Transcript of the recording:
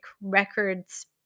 Records